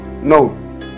No